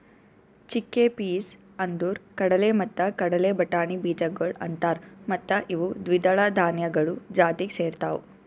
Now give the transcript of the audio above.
chickpeas ಅಂದುರ್ ಕಡಲೆ ಮತ್ತ ಕಡಲೆ ಬಟಾಣಿ ಬೀಜಗೊಳ್ ಅಂತಾರ್ ಮತ್ತ ಇವು ದ್ವಿದಳ ಧಾನ್ಯಗಳು ಜಾತಿಗ್ ಸೇರ್ತಾವ್